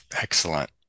excellent